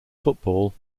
football